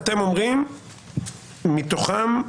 מתוכם,